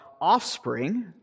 offspring